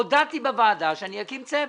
הודעתי בוועדה, שאני אקים צוות.